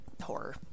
horror